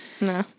No